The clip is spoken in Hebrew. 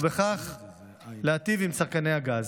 ובכך להיטיב עם צרכני הגז.